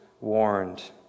warned